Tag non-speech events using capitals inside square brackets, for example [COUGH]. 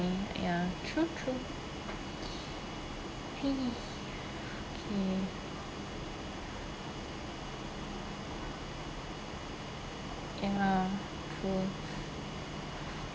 ya true true [NOISE] okay ya true